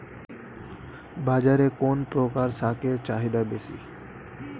বাজারে কোন প্রকার শাকের চাহিদা বেশী?